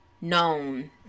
known